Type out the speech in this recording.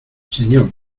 señor